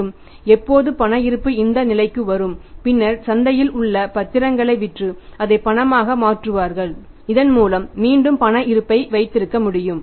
மற்றும் எப்போது பண இருப்பு இந்த நிலைக்கு வரும் பின்னர் சந்தையில் உள்ள பத்திரங்களை விற்று அதை பணமாக மாற்றுவதன் மூலம் மீண்டும் பண இருப்பை வைத்திருக்க முடியும்